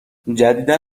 جدیدا